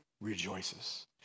rejoices